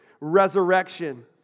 resurrection